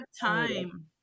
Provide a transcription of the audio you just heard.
time